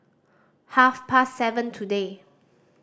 half past seven today